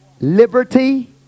liberty